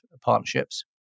partnerships